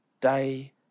day